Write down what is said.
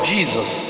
Jesus